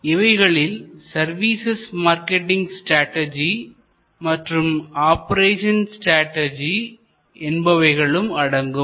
இவைகளில் services marketing strategy மற்றும் operation strategy என்பவைகளும் அடங்கும்